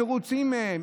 ומרוצים מהן,